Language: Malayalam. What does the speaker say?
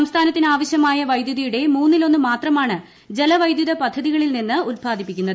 സംസ്ഥാനത്തിനാവശ്യമായ വൈദ്യുതിയുടെ മൂന്നിലൊന്ന് മാത്രമാണ് ജലവൈദ്യുത പദ്ധതികളിൽ നിന്ന് ഉത്പാദിപ്പിക്കുന്നത്